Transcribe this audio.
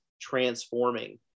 transforming